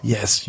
Yes